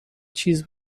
چیز